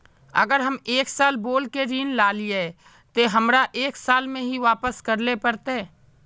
अगर हम एक साल बोल के ऋण लालिये ते हमरा एक साल में ही वापस करले पड़ते?